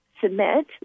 submit